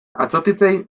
atsotitzei